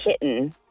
kitten